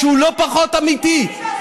שהוא לא פחות אמיתי,